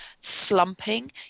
slumping